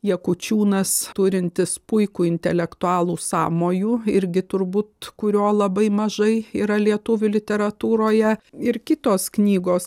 jakučiūnas turintis puikų intelektualų sąmojų irgi turbūt kurio labai mažai yra lietuvių literatūroje ir kitos knygos